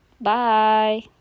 Bye